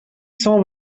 cent